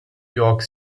york